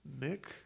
Nick